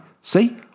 see